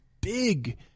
big